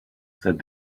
said